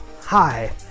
Hi